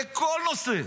בכל נושא.